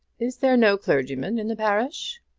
is there no clergyman in the parish?